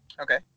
Okay